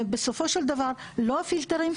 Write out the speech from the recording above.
ובסופו של דבר לא פילטרים,